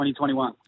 2021